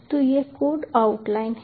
तो यह code outline है